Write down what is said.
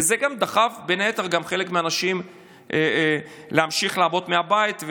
וזה גם דחף בין היתר חלק מהאנשים להמשיך לעבוד מהבית,